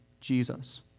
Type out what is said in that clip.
Jesus